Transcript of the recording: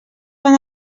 fan